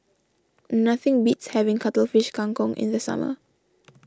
nothing beats having Cuttlefish Kang Kong in the summer